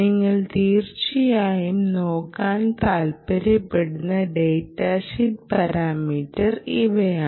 നിങ്ങൾ തീർച്ചയായും നോക്കാൻ താൽപ്പര്യപ്പെടുന്ന ഡാറ്റാ ഷീറ്റ് പരാമീറ്റർ ഇവയാണ്